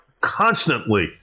constantly